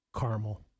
Caramel